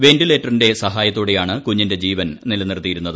വെന്റിലേറ്ററിന്റെ സഹായത്തോടെയാണ് കുഞ്ഞിന്റെ ജീവൻ നിലനിർത്തിയിരുന്നത്